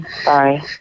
Sorry